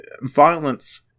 violence